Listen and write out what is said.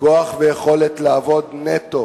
כוח ויכולת לעבוד נטו